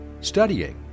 studying